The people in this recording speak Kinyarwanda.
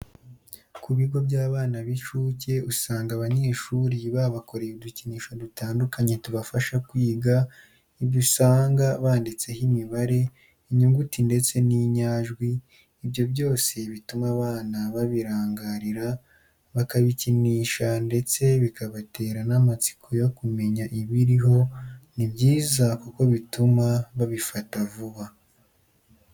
Ku bigo by'abana b'inshuke usanga abanyeshuri babakoreye udukinisho dutandukanye tubafasha kwiga, ibyo usanga banditseho imibare, inyuguti ndetse n'inyajwi, ibyo byose bituma abana babirangarira, bakabikinisha ndetse bikabatera n'amatsiko yo kumenya ibiriho, ni byiza kuko bituma babifata vuba.